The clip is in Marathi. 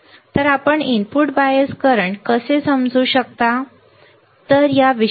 तर आपण इनपुट बायस करंट कसे समजू शकता ते हा आहे